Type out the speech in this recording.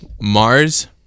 Mars